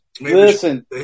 Listen